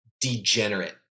degenerate